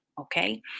Okay